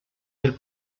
del